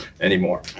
anymore